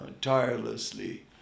Tirelessly